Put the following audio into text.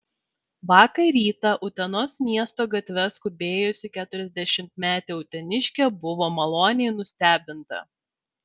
vakar rytą utenos miesto gatve skubėjusi keturiasdešimtmetė uteniškė buvo maloniai nustebinta